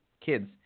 kids